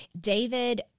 David